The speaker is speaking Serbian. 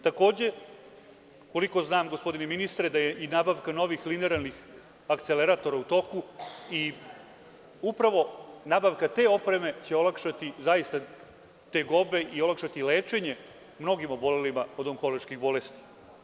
Takođe, koliko znam, gospodine ministre, da je i nabavka novih linearnih akceleratora u toku i upravo nabavka te opreme će olakšati zaista tegobe i olakšati lečenje mnogim obolelima od onkoloških bolesti.